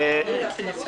הליכוד,